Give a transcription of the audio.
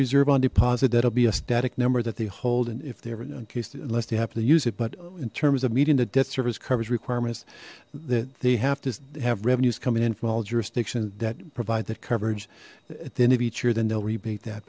reserve on deposit that'll be a static number that they hold and if they ever no incased unless they happen to use it but in terms of meeting the debt service coverage requirements that they have to have revenues coming in from all jurisdictions that provides that coverage at the end of each year then they'll rebate that